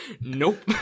Nope